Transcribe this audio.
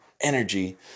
energy